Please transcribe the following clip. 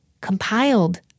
compiled